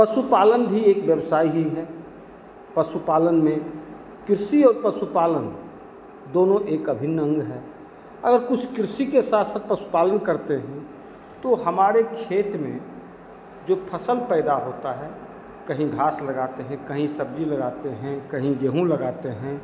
पशुपालन भी एक व्यवसाय ही है पशुपालन में कृषि और पशुसुपालन दोनो एक अभिन्न अंग है अगर उस कृषि के साथ साथ पशुपालन करते हैं तो हमारे खेत में जो फ़सल पैदा होता है कहीं घास लगाते हैं कहीं सब्ज़ी लगाते हैं कहीं गेंहू लगाते हैं